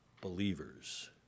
believers